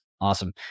Awesome